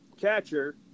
catcher